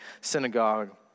synagogue